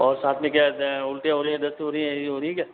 और साथ में क्या उल्टियाँ हो रही हैं दस्त हो रही हैं यह हो रही हैं क्या